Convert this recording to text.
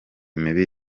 mibi